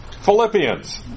Philippians